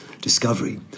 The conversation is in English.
discovery